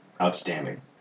outstanding